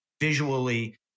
visually